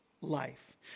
life